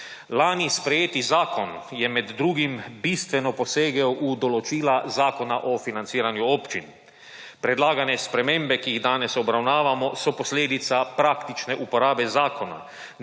Lani sprejeti zakon je med drugim bistveno posegel v določila Zakona o financiranju občin. Predlagane spremembe, ki jih danes obravnavamo, so posledica praktične uporabe zakona,